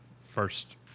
first